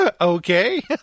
okay